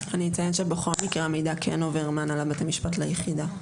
אני אציין שבכל מקרה המידע כן עובר מהנהלת בתי המשפט ליחידה.